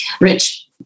rich